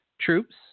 troops